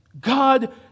God